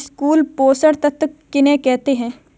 स्थूल पोषक तत्व किन्हें कहते हैं?